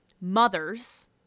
Mothers